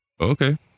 Okay